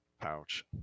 pouch